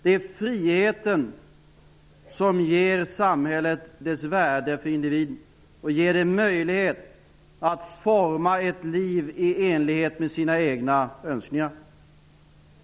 Det är friheten som ger samhället dess värde för individen och ger den möjlighet att forma ett liv i enlighet med sina egna önskningar.